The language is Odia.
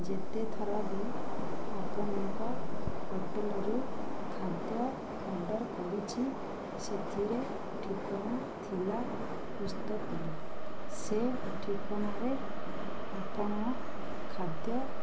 ଯେତେଥର ବି ଆପଣଙ୍କ ହୋଟେଲରୁ ଖାଦ୍ୟ ଅର୍ଡ଼ର୍ କରିଛି ସେଥିରେ ଠିକଣା ଥିଲା ହୁସ୍ତ ପୁଲି ସେ ଠିକଣାରେ ଆପଣ ଖାଦ୍ୟ